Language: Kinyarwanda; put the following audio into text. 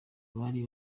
bari